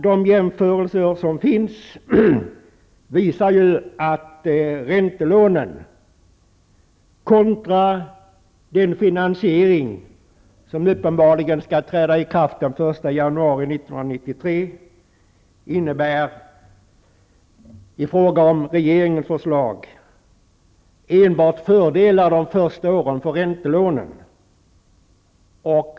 De jämförelser som gjorts i förhållande till den finansiering som uppenbarligen skall träda i kraft den 1 januari 1993 visar att det är enbart fördelar de första åren med räntelånen.